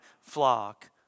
flock